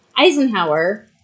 Eisenhower